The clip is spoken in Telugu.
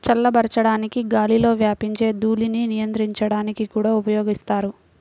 చల్లబరచడానికి గాలిలో వ్యాపించే ధూళిని నియంత్రించడానికి కూడా ఉపయోగిస్తారు